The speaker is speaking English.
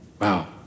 Wow